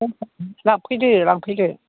लांफैदो लांफैदो